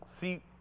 See